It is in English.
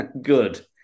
Good